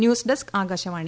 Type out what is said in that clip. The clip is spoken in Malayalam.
news desk Akashvani